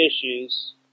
issues